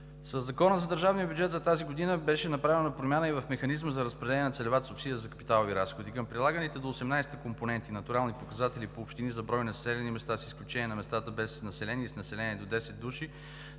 Със Закона за държавния бюджет на Република България за 2019 г. беше направена промяна и в механизма за разпределение на целевата субсидия за капиталови разходи. Към прилаганите до 2018 г. компоненти, натурални показатели по общини за брой населени места, с изключение на местата без население и с население до 10 души,